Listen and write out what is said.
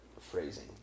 phrasing